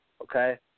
okay